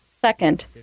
Second